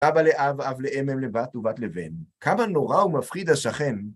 אבא לאב, אב לאם, אם לבת ובת לבן, כמה נורא ומפחיד השכן!